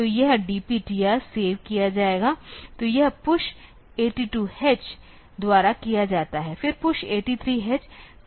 तो यह DPTR save किया जायेगा तो यह PUSH 82h द्वारा किया जाता है फिर PUSH 83H